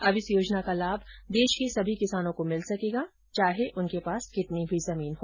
अब इस योजना का लाभ देश के सभी किसानों को मिल सकेगा चाहे उनके पास कितनी भी जमीन हो